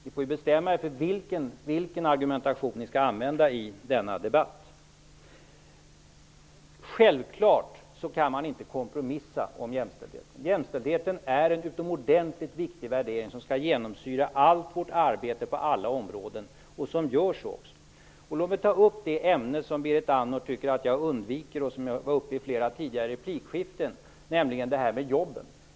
Ni får bestämma er för vilken argumentation ni skall använda i denna debatt. Självfallet kan man inte kompromissa om jämställdheten. Jämställdheten är en utomordentligt viktig värdering som skall genomsyra allt vårt arbete på alla områden, och det gör den också. Låt mig ta upp det ämne som Berit Andnor tycker att jag undviker och som var uppe i flera tidigare replikskiften, nämligen frågan om jobben.